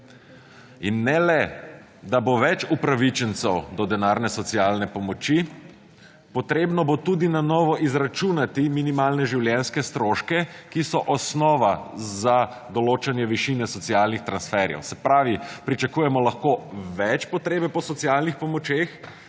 In ne le, da bo več upravičencev do denarne socialne pomoči, treba bo tudi na novo izračunati minimalne življenjske stroške, ki so osnova za določanje višine socialnih transferjev. Se pravi, pričakujemo lahko več potrebe po socialnih pomočeh,